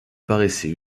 paraissent